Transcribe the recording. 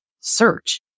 search